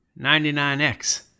99X